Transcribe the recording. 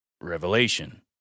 Revelation